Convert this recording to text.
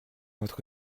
votre